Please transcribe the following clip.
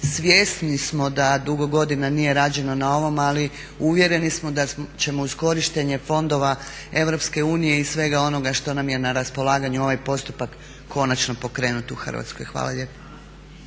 Svjesni samo da dugo godina nije rađeno na ovome ali uvjereni smo da ćemo uz korištenje fondova EU i svega onoga što nam je na raspolaganju ovaj postupak konačno pokrenuti u Hrvatskoj. Hvala lijepa.